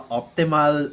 optimal